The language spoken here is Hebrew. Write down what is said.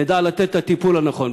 נדע לתת את הטיפול הנכון.